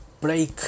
break